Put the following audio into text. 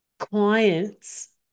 clients